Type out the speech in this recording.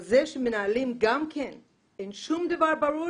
אבל זה שגם לגבי מנהלים אין שום דבר ברור,